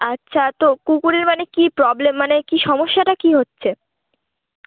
আচ্ছা তো কুকুরের মানে কী প্রব্লেম মানে কী সমস্যাটা কী হচ্ছে